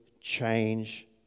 change